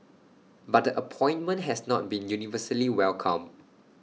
but the appointment has not been universally welcomed